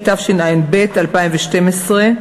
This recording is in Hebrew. התשע"ב 2012,